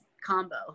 combo